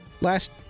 Last